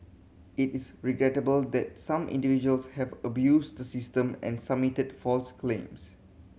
it is regrettable that some individuals have abused the system and submitted false claims